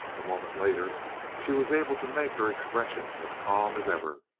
a moment later she was able to make her expression as calm as ever.